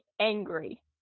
angry